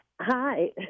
Hi